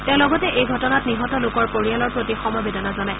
তেওঁ লগতে এই ঘটনাত নিহত লোকৰ পৰিয়ালৰ প্ৰতি সমবেদনা জনায়